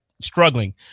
struggling